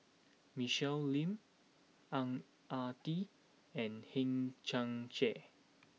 Michelle Lim Ang Ah Tee and Hang Chang Chieh